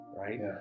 Right